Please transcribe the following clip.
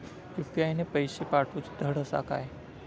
UPI ने पैशे पाठवूचे धड आसा काय?